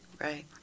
Right